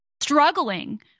struggling